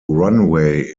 runway